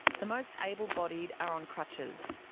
the most able-bodied are on crutches,